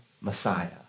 Messiah